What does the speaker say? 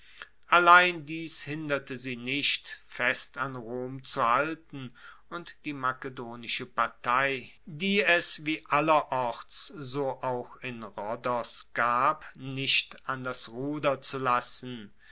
allein dies hinderte sie nicht fest an rom zu halten und die makedonische partei die es wie allerorts so auch in rhodos gab nicht an das ruder zu lassen